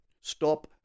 stop